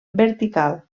vertical